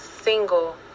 single